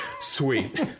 Sweet